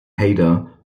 haida